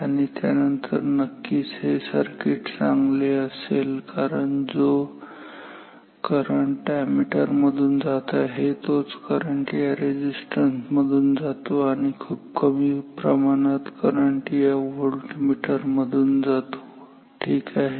आणि त्यानंतर नक्कीच हे सर्किट चांगले आहे कारण जो करंट या अॅमीटर मधून जात आहे तोच करंट या रेझिस्टन्स मधून जातो आणि खूप कमी प्रमाणात करंट या व्होल्टमीटर मधून जातो ठीक आहे